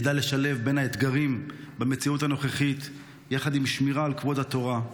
ידע לשלב בין האתגרים במציאות הנוכחית לבין שמירה על כבוד התורה.